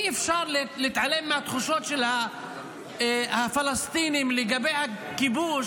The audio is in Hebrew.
אי-אפשר להתעלם מהתחושות של הפלסטינים לגבי הכיבוש,